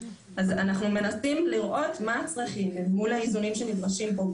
אז אנחנו מנסים לראות מה הצרכים אל מול האיזונים שנדרשים פה,